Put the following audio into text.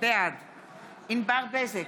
בעד ענבר בזק,